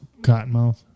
Cottonmouth